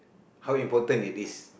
how important it is